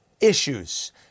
issues